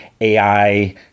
AI